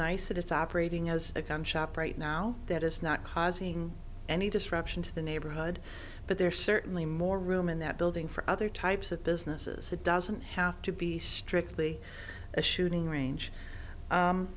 that it's operating as a gun shop right now that it's not causing any disruption to the neighborhood but there are certainly more room in that building for other types of businesses it doesn't have to be strictly a shooting range